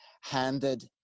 handed